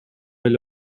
эле